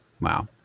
Wow